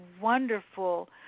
wonderful